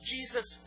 Jesus